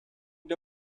для